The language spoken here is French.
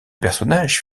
personnages